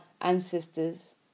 ancestors